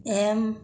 M